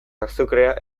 azukrea